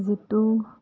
যিটো